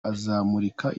azamurika